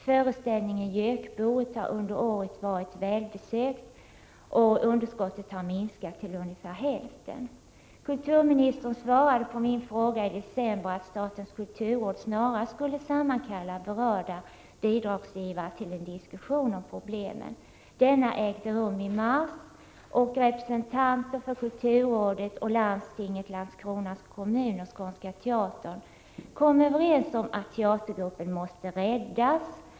Föreställningen Gökboet har under året varit välbesökt, och underskottet har minskat till ungefär hälften. Kulturministern svarade på min fråga i december att statens kulturråd snarast skulle sammankalla berörda bidragsgivare till en diskussion om problemen. Denna ägde rum i mars, och representanter för kulturrådet, landstinget, Landskrona kommun och Skånska teatern kom överens om att teatergruppen måste räddas.